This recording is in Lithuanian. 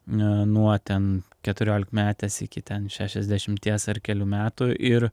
nuo ten keturiolikmetės iki ten šešiasdešimties ar kelių metų ir